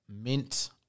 Mint